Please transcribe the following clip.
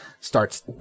starts